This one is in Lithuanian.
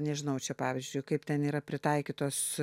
nežinau čia pavyzdžiui kaip ten yra pritaikytos